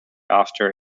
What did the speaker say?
after